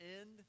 end